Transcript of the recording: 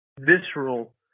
visceral